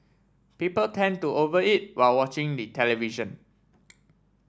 people tend to over eat while watching the television